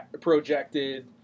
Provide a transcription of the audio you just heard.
projected